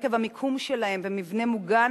עקב המיקום שלהם במבנה מוגן,